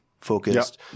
focused